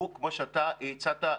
כפי שאתה הצעת,